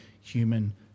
human